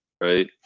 right